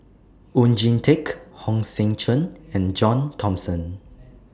Oon Jin Teik Hong Sek Chern and John Thomson